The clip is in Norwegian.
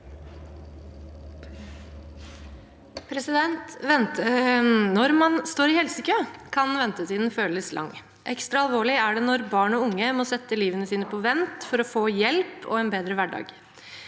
Når man står i hel- sekø, kan ventetiden føles lang. Ekstra alvorlig er det når barn og unge må sette livet sitt på vent for å få hjelp og en bedre hverdag.